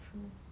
true